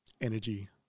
energy